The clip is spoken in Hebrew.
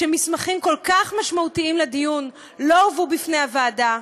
שמסמכים כל כך משמעותיים לדיון לא הובאו בפני הוועדה,